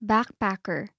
Backpacker